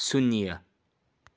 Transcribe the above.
ꯁꯨꯟꯌꯥ